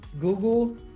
google